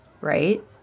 right